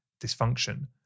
dysfunction